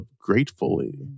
gratefully